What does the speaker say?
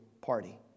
party